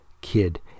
kid